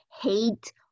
hate